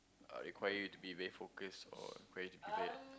uh require you to be very focused or require you to be quiet